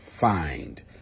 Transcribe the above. find